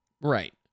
Right